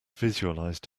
visualized